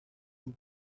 two